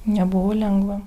nebuvo lengva